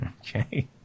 Okay